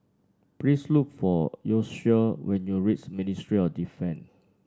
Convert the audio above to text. please look for Yoshio when you reach Ministry of Defence